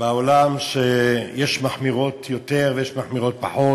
בעולם שיש מחמירות יותר ויש מחמירות פחות.